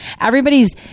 Everybody's